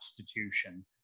Constitution